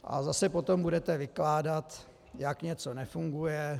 A zase potom budete vykládat, jak něco nefunguje.